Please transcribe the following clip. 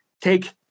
take